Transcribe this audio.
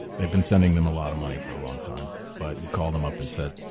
they'd been sending them a lot of money for a long time, but he called him up and said,